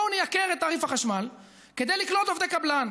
בואו נייקר את תעריף החשמל כדי לקלוט עובדי קבלן,